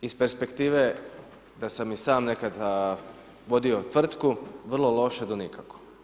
Iz perspektive da sam i sam nekada vodio tvrtku, vrlo loše do nikako.